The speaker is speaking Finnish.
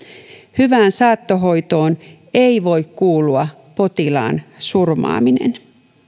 hyvään saattohoitoon ei voi kuulua potilaan surmaaminen